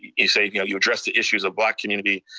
you so you know you address the issues of black community,